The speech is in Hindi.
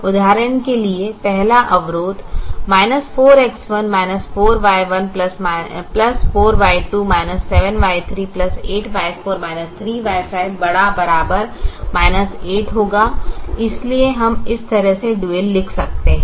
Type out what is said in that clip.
उदाहरण के लिए पहला अवरोध 4X1 4Y14Y2 7Y38Y4 3Y5 ≥ 8 होगा इसलिए हम इस तरह से डुअल लिख सकते हैं